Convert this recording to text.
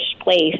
place